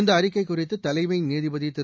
இந்த அறிக்கை குறித்து தலைமை நீதிபதி திரு